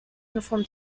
uniform